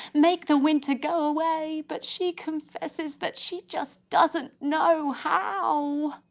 make the winter go away! but she confesses that she just doesn't know how.